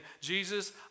Jesus